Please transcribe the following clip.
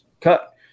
cut